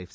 F